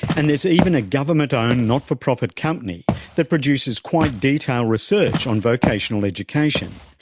and there's even a government-owned not-for-profit company that produces quite detailed research on vocational education.